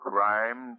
Crime